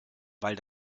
weil